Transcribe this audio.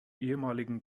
ehemaligen